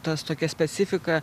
tas tokia specifika